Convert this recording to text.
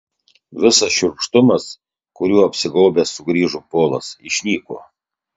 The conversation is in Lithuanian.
visas šiurkštumas kuriuo apsigaubęs sugrįžo polas išnyko